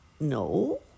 No